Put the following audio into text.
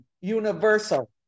Universal